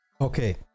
Okay